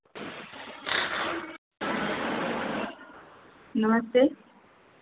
नमस्ते